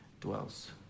dwells